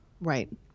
Right